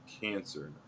cancer